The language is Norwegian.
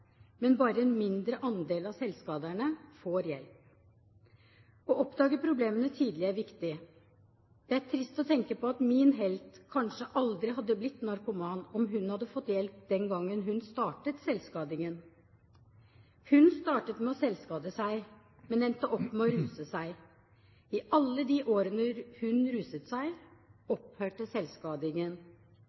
men bare en mindre andel av selvskaderne får hjelp. Å oppdage problemene tidlig er viktig. Det er trist å tenke på at min helt kanskje aldri hadde blitt narkoman om hun hadde fått hjelp den gangen hun startet selvskadingen. Hun startet med selvskading, men endte opp med å ruse seg. I alle de årene hun ruset seg, opphørte selvskadingen